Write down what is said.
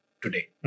today